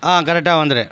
கரெக்டாக வந்துடு